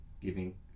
giving